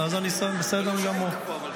בסדר גמור.